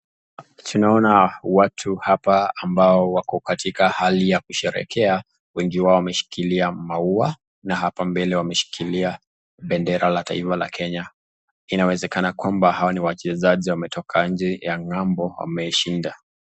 Tunaona watu hapa ambao wako katika hali ya kusherehekea wengi wameshikilia maua na hapa mbele wameshikilia bendera la taifa la Kenya. Inawezekana kwamba kuna wachezaji wametoka nje ya ngambo wameshinda.